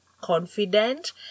confident